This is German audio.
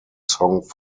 song